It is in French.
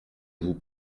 vous